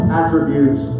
attributes